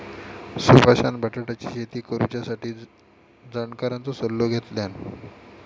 सुभाषान बटाट्याची शेती करुच्यासाठी जाणकारांचो सल्लो घेतल्यान